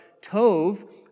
tov